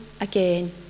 again